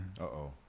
Uh-oh